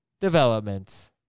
Development